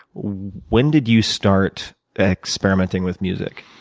when did you start experimenting with music?